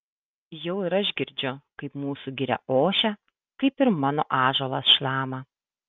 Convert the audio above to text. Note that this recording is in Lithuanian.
jau ir aš girdžiu kaip mūsų giria ošia kaip ir mano ąžuolas šlama